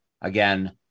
again